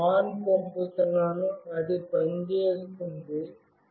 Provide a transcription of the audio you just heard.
నేను ఆన్ పంపుతున్నాను అది పనిచేస్తోంది